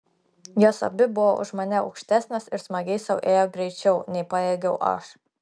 jos abi buvo už mane aukštesnės ir smagiai sau ėjo greičiau nei pajėgiau aš